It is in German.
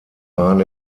waren